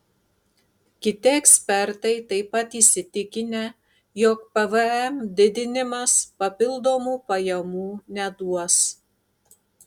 kiti ekspertai taip pat įsitikinę jog pvm didinimas papildomų pajamų neduos